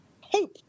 hope